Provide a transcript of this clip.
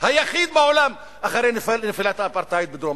היחיד בעולם אחרי נפילת האפרטהייד בדרום-אפריקה.